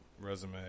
resume